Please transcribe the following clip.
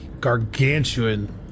gargantuan